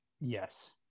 Yes